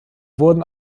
wurden